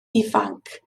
ifanc